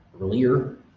earlier